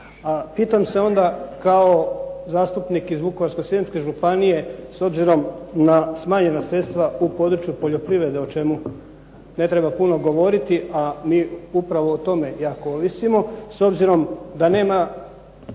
pitam se onda kao zastupnik iz Vukovarsko-srijemske županije s obzirom na smanjena sredstva u području poljoprivrede o čemu ne treba puno govoriti, a mi upravo o tome jako ovisimo. S obzirom da nema